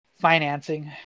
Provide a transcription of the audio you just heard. financing